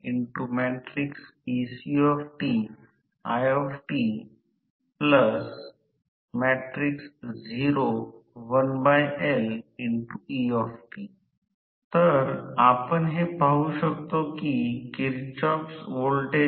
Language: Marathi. तरE1 स्टेटर प्रेरित emf प्रति टप्प्यात E2 रोटर प्रेरित emf प्रति टप्प्यात असेलतेल